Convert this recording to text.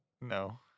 No